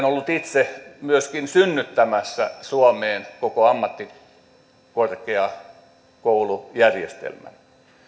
ollut itse myöskin synnyttämässä suomeen koko ammattikorkeakoulujärjestelmän